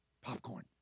Popcorn